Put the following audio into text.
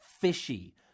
fishy